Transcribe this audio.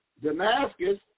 Damascus